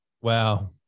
Wow